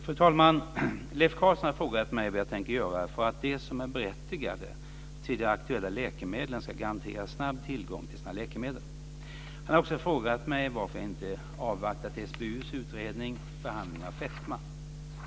Fru talman! Leif Carlson har frågat mig vad jag tänker göra för att de som är berättigade till de aktuella läkemedlen ska garanteras snabb tillgång till sina läkemedel. Han har också frågat mig varför jag inte avvaktat SBU:s utredning Behandling av fetma.